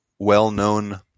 well-known